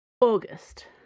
August